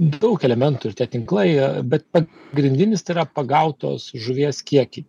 daug elementų ir tie tinklai bet pagrindinis tai yra pagautos žuvies kiekį